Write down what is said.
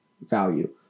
value